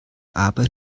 arbeit